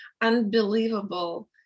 unbelievable